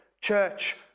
church